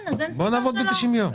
בואו נקבע 90 ימים.